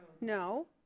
no